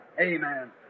Amen